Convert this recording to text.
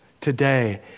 today